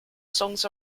songs